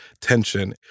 tension